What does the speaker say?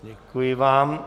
Děkuji vám.